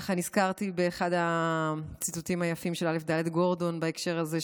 נזכרתי ככה באחד הציטוטים היפים של א"ד גורדון בהקשר הזה,